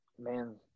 man